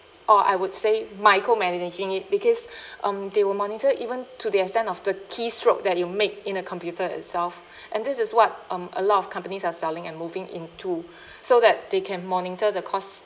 or I would say micromanaging it because um they will monitor even to the extent of the key stroke that you make in a computer itself and this is what um a lot of companies are selling and moving into so that they can monitor the cost